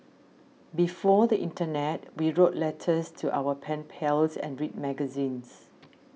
before the Internet we wrote letters to our pen pals and read magazines